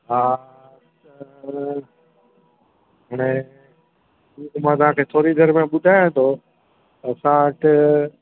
हा त इनजे मां तव्हांखे थोरी देरि में ॿुधायां थो असां वटि